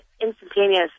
instantaneous